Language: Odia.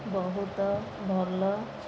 ବହୁତ ଭଲ